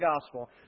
gospel